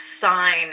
sign